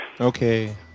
Okay